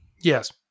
Yes